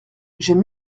j’aime